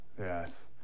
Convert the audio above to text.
yes